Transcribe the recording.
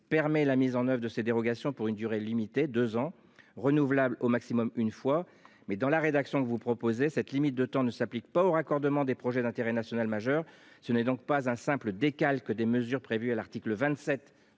permet la mise en oeuvre de ces dérogations pour une durée limitée, 2 ans renouvelable au maximum une fois mais dans la rédaction que vous proposez cette limite de temps ne s'applique pas au raccordement des projets d'intérêt national majeur, ce n'est donc pas un simple décalque des mesures prévues à l'article 27